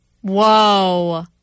Whoa